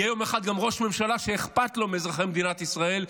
יום אחד יהיה גם ראש ממשלה שאכפת לו מאזרחי מדינת ישראל,